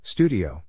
Studio